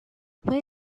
where